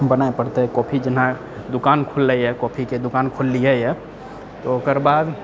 बनाए पड़तै कॉफी जेना दुकान खुललैए कॉफीके दुकान खोललियैए तऽ ओकर बाद